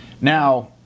now